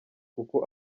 kuko